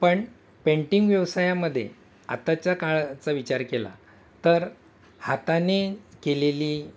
पण पेंटिंग व्यवसायामध्ये आताच्या काळाचा विचार केला तर हाताने केलेली